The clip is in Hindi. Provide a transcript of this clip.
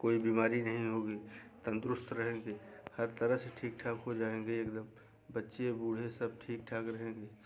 कोई बीमारी नहीं होगी तंदुरुस्त रहेंगे हर तरह से ठीक ठाक हो जाएँगे एकदम बच्चे बूढ़े सब ठीक ठाक रहेंगे